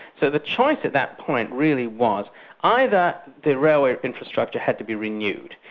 so the choice at that point really was either the railways infrastructure had to be renewed.